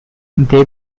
they